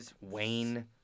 Wayne